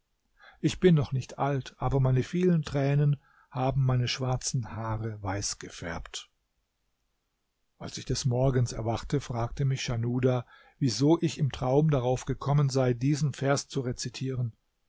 ich bin noch nicht alt aber meine vielen tränen haben meine schwarzen haare weiß gefärbt als ich des morgens erwachte fragte mich schanuda wieso ich im traum darauf gekommen sei diesen vers zu rezitieren